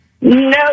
No